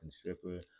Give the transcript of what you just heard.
stripper